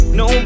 no